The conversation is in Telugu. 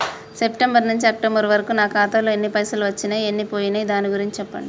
సెప్టెంబర్ నుంచి అక్టోబర్ వరకు నా ఖాతాలో ఎన్ని పైసలు వచ్చినయ్ ఎన్ని పోయినయ్ దాని గురించి చెప్పండి?